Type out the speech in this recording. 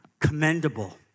commendable